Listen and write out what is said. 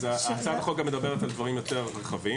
הצעת החוק מדברת על דברים יותר רחבים.